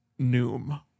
noom